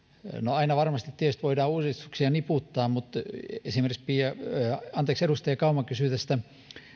aina varmasti voidaan uudistuksia niputtaa mutta kun esimerkiksi edustaja kauma kysyi tästä